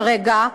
כרגע,